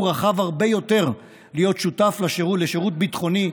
רחב הרבה יותר להיות שותף בשירות ביטחוני,